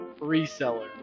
reseller